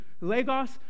Lagos